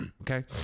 okay